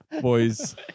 Boys